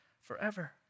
forever